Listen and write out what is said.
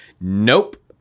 nope